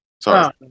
Sorry